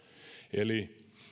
eli